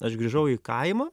aš grįžau į kaimą